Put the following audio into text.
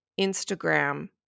Instagram